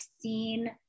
seen